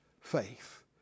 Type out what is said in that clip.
faith